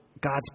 God's